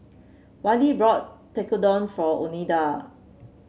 Wylie bought Tekkadon for Oneida